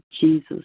Jesus